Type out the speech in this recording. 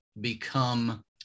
become